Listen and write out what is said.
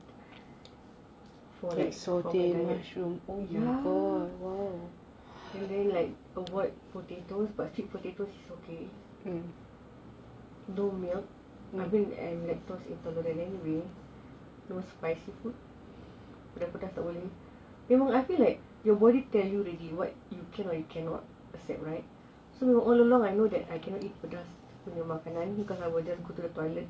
and then like avoid potatoes but sweet potatoes is okay no milk I mean I'm lactose intolerant no spicy food pedas-pedas tak boleh you know I feel like your body tell you already what you can or you cannot accept right so we will all along I know that I cannot eat pedas punya makanan because I will just go to the toilet